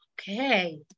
Okay